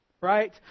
Right